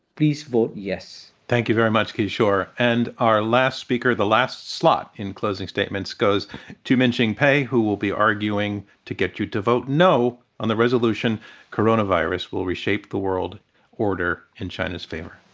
please vote yes. thank you very much, kishore. and our last speaker the last slot in closing statements goes to minxin pei, who will be arguing to get you to vote no on the resolution coronavirus will reshape the world order in china's favor.